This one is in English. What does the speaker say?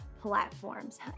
platforms